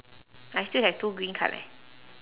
I still have two green card leh